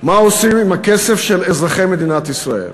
מה עושים עם הכסף של אזרחי מדינת ישראל.